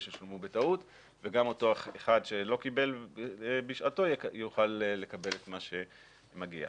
ששולמו בטעות וגם אותו אחד שלא קיבל בשעתו יוכל לקבל את מה שמגיע.